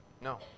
No